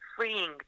freeing